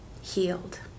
healed